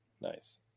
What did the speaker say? Nice